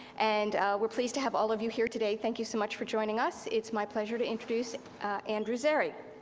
and we're pleased to have all of you here today. thank you so much for joining us. it's my pleasure to introduce andrew szeri.